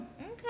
Okay